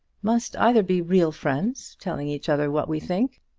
must either be real friends, telling each other what we think,